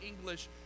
English